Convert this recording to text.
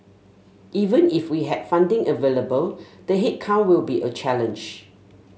even if we had funding available the headcount will be a challenge